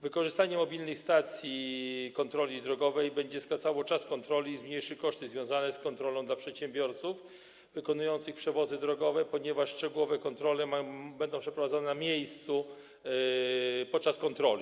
Wykorzystanie mobilnej stacji kontroli drogowej będzie skracało czas kontroli i zmniejszy koszty związane z kontrolą dla przedsiębiorców wykonujących przewozy drogowe, ponieważ szczegółowe kontrole będą przeprowadzane na miejscu podczas kontroli.